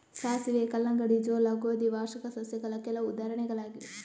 ಸಾಸಿವೆ, ಕಲ್ಲಂಗಡಿ, ಜೋಳ, ಗೋಧಿ ವಾರ್ಷಿಕ ಸಸ್ಯಗಳ ಕೆಲವು ಉದಾಹರಣೆಗಳಾಗಿವೆ